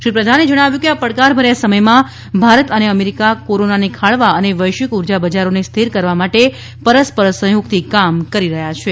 શ્રી પ્રધાને જણાવ્યું હતું કે આ પડકાર ભર્યા સમયમાં ભારત અને અમેરીકા કોરોનાને ખાળવા અને વૈશ્વિક ઉર્જા બજારોને સ્થિર કરવા માટે પરસ્પર સહયોગથી કામ કરી રહ્યા છએ